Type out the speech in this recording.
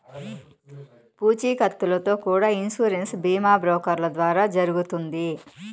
పూచీకత్తుతో కూడా ఇన్సూరెన్స్ బీమా బ్రోకర్ల ద్వారా జరుగుతుంది